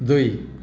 दुई